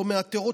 לא מאתר אותם,